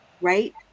right